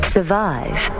Survive